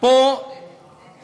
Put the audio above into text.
ממי היא נכבשה?